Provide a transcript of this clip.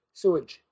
sewage